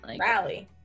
Rally